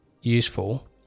useful